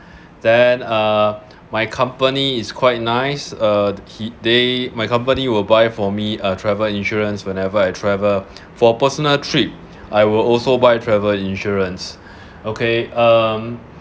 then uh my company is quite nice uh he they my company will buy for me a travel insurance whenever I travel for personal trip I will also buy travel insurance okay um